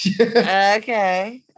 Okay